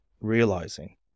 realizing